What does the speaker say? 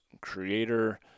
creator